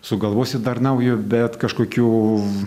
sugalvosi dar naujo bet kažkokių